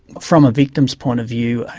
from a victim's point of view,